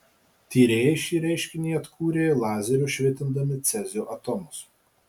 tyrėjai šį reiškinį atkūrė lazeriu švitindami cezio atomus